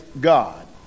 God